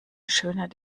schönheit